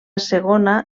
segona